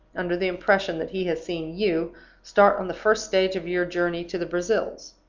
under the impression that he has seen you start on the first stage of your journey to the brazils.